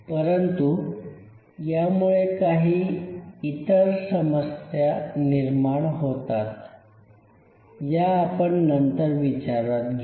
परंतु यामुळे इतर काही समस्या निर्माण होतात या आपण नंतर विचारात घेऊ